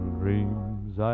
dreams